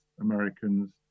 Americans